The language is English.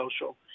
social